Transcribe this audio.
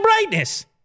brightness